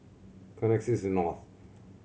Connexis North